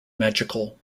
magical